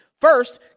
First